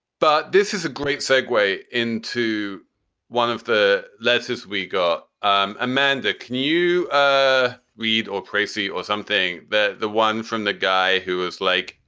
but this is a great segway into one of the lessons we got. um amanda, can you ah read or tracy or something? the the one from the guy who is like,